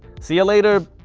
see you later,